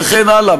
וכן הלאה,